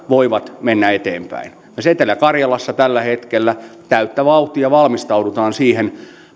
voivat mennä eteenpäin esimerkiksi etelä karjalassa tällä hetkellä täyttä vauhtia valmistaudutaan siihen